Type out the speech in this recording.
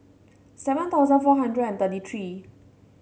seven thousand four hundred and thirty three